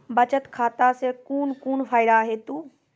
बचत खाता सऽ कून कून फायदा हेतु?